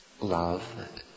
love